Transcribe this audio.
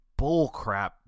bullcrap